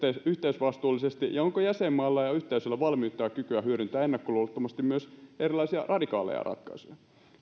yhteisvastuullisesti ja onko jäsenmailla ja yhteisöllä valmiutta ja kykyä hyödyntää ennakkoluulottomasti myös erilaisia radikaaleja ratkaisuja